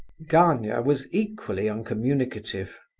gania was equally uncommunicative.